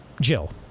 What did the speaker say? jill